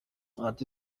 ati